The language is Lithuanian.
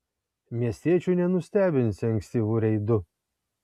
miestiečių nenustebinsi ankstyvu reidu